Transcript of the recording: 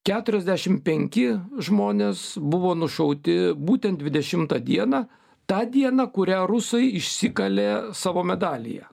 keturiasdešim penki žmonės buvo nušauti būtent dvidešimtą dieną tą dieną kurią rusai išsikalė savo medalyje